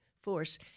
force